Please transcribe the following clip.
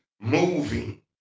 moving